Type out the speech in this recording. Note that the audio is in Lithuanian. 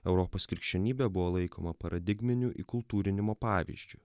europos krikščionybė buvo laikoma paradigminiu įkultūrinimo pavyzdžiu